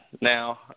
now